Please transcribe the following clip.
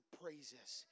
praises